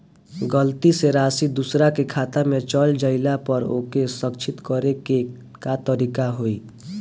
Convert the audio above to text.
गलती से राशि दूसर के खाता में चल जइला पर ओके सहीक्ष करे के का तरीका होई?